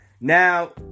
Now